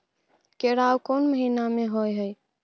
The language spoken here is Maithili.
केराव कोन महीना होय हय?